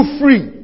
free